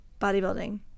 bodybuilding